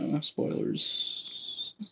Spoilers